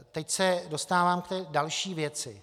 Teď se dostávám k další věci.